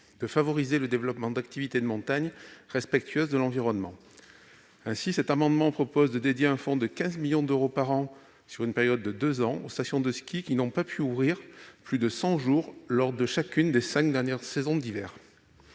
de favoriser le développement d'activités de montagne respectueuses de l'environnement. Ainsi, nous proposons de dédier un fonds de 15 millions d'euros par an, sur une période de deux ans, aux stations de ski qui n'ont pas pu ouvrir plus de cent jours lors de chacune des cinq dernières saisons d'hiver.